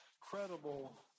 credible